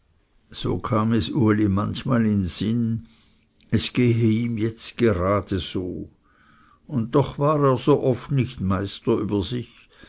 so kam es uli manchmal in sinn es gehe ihm jetzt gerade so und doch war er so oft nicht meister über sich